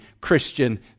Christian